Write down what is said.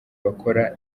bakora